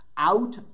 Out